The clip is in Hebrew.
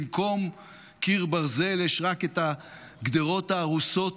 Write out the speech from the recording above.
במקום קיר ברזל יש רק את הגדרות ההרוסות